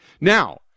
Now